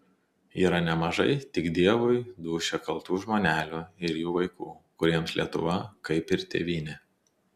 yra nemažai tik dievui dūšią kaltų žmonelių ir jų vaikų kuriems lietuva kaip ir tėvynė